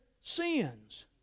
sins